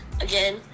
again